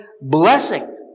blessing